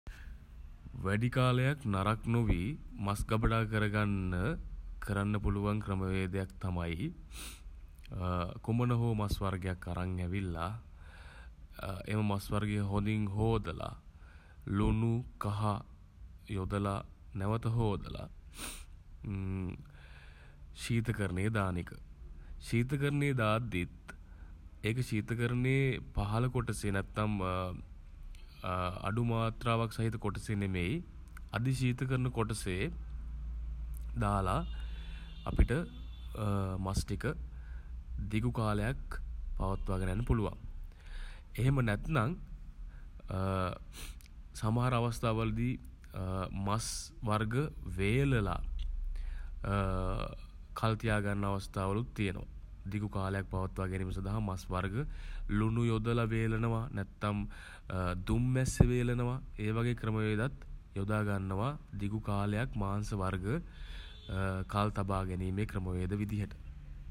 වැඩි කාලයක් නරක් නොවී මස් ගබඩා කරගන්න කරන්න පුළුවන් ක්‍රමවේදයක් තමයි කුමන හෝ මස් වර්ගයක් අරන් ඇවිල්ලා එම මස් වර්ග හොඳින් හෝදලා ලුණු කහ යොදලා නැවත හෝදලා ශීතකරණයේ දාන එක. ශීතකරණයේ දාද්දිත් එක ශීතකරණයේ පහළ කොටසේ නැත්නම් අඩු මාත්‍රාවක් සහිත කොටසේ නෙමෙයි අධිශීතකරණ කොටසේ දාල අපිට මස් ටික දිගු කාලයක් පවත්වාගෙන යන්න පුළුවන්. එහෙම නැත්නම් සමහර අවස්ථාවලදී මස් වර්ග වේලලා කල් තියාගන්න අවස්ථාවලුත් තියෙනවා. දිගු කාලයක් පවත්වා ගැනීම සඳහා මස් වර්ග ලුණු යොදලා වේලනවා නැත්නම් දුම්මැස්සෙ වේලනවා. ඒ වගේ ක්‍රමවේදත් යොදා ගන්නවා දිගු කාලයක් මාංශ වර්ග කල් තබා ගැනීමේ ක්‍රමවේද විදිහට.